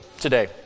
today